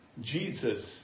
Jesus